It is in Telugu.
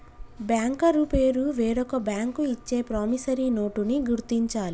బ్యాంకరు పేరు వేరొక బ్యాంకు ఇచ్చే ప్రామిసరీ నోటుని గుర్తించాలి